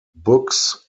books